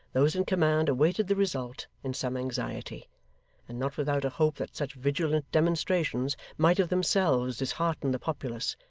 those in command awaited the result in some anxiety and not without a hope that such vigilant demonstrations might of themselves dishearten the populace,